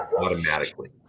automatically